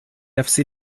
نفس